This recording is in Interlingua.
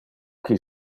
qui